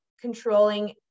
controlling